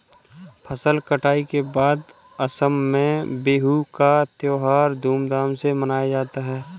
फसल कटाई के बाद असम में बिहू का त्योहार धूमधाम से मनाया जाता है